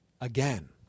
again